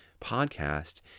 podcast